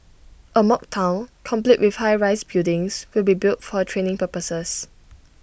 A mock Town complete with high rise buildings will be built for training purposes